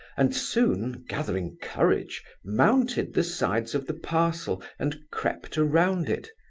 and soon, gathering courage, mounted the sides of the parcel, and crept around it.